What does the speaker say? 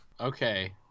Okay